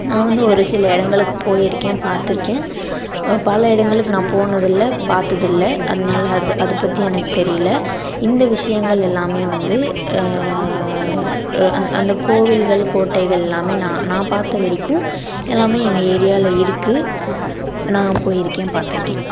நான் வந்து ஒரு சில இடங்களுக்கு போயிருக்கேன் பார்த்துருக்கேன் பல இடங்களுக்கு நான் போனதில்லை பார்த்ததில்ல அதனால அதை அது பற்றி எனக்கு தெரியலை இந்த விஷயங்கள் எல்லாமே வந்து அந்த கோவில்கள் கோட்டைகள் எல்லாமே நான் நான் பார்த்த வரைக்கும் எல்லாமே எங்கள் ஏரியாவில் இருக்குது நான் போயிருக்கேன் பார்த்துருக்கேன்